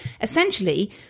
essentially